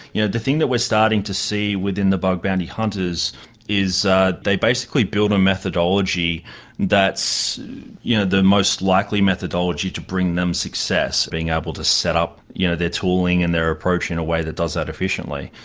you know, the thing we're starting to see within the bug bounty hunters is they basically build a methodology that's you know the most likely methodology to bring them success, being able to set up you know their tooling and their approach in a way that does that efficiently.